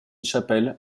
chapelle